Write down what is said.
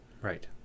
Right